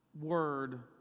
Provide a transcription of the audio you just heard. word